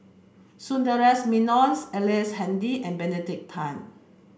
Sundaresh Menon Ellice Handy and Benedict Tan